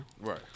Right